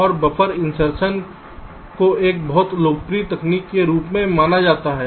और buffer insertion को एक बहुत लोकप्रिय तकनीक के रूप में माना जाता है